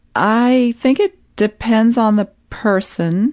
i think it depends on the person